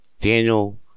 Daniel